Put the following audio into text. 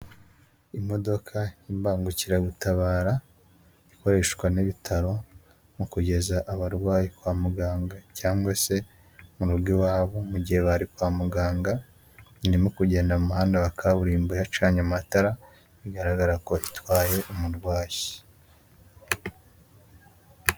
Imodoka y'imbangukiragutabara ikoreshwa n'ibitaro mu kugeza abarwayi kwa muganga, cgangwa se mu rugo iwabo, mu gihe bari kwa muganga, irimo kugenda mu muhanda wa kaburimbo, yacanye amatara bigaragara ko itwaye umurwayi.